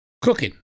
Cooking